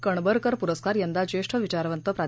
कणबरकर पुरस्कार यंदा जेष्ठ विचारवंत प्रा